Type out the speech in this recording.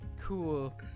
Cool